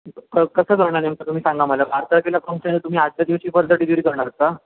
क कसं करणार नेमकं तुम्ही सांगा मला बारा तारखेला तुम्ही आधल्या दिवशी परत डिलिवरी करणार का